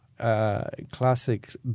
Classic